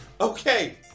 Okay